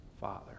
Father